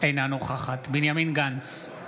אינה נוכחת בנימין גנץ,